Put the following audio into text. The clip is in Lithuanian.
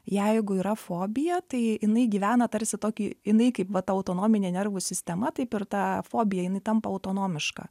jeigu yra fobija tai jinai gyvena tarsi tokį jinai kaip va ta autonominė nervų sistema taip ir ta fobija jinai tampa autonomiška